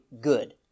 good